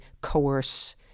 coerce